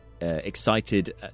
excited